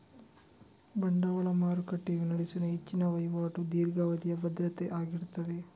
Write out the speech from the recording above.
ಬಂಡವಾಳ ಮಾರುಕಟ್ಟೆಯು ನಡೆಸುವ ಹೆಚ್ಚಿನ ವೈವಾಟು ದೀರ್ಘಾವಧಿಯ ಭದ್ರತೆ ಆಗಿರ್ತದೆ